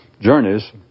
journeys